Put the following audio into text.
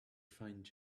find